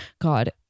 God